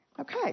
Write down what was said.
Okay